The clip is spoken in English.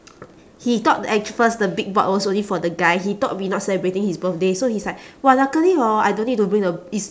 he thought act~ first the big board was only for the guy he thought we not celebrating his birthday so he's like !wah! luckily hor I don't need to bring the is